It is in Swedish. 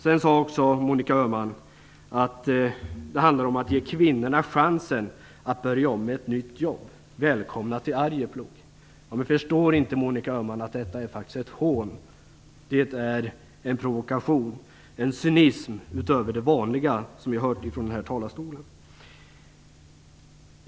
Monica Öhman sade också att det handlar om att ge kvinnorna chansen att börja om med ett nytt jobb och att de är välkomna till Arjeplog. Förstår inte Monica Öhman att det faktiskt är ett hån? Det är en provokation och en cynism utöver det vi vanligtvis hör från denna talarstol.